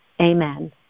Amen